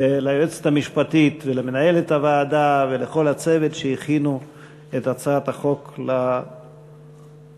ליועצת המשפטית ולמנהלת הוועדה ולכל הצוות שהכינו את הצעת החוק לאישור